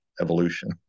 evolution